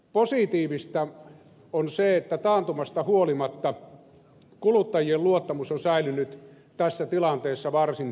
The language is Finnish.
positiivista on se että taantumasta huolimatta kuluttajien luottamus on säilynyt tässä tilanteessa varsin hyvänä